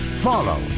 Follow